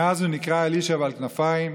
מאז הוא נקרא אלישע בעל כנפיים,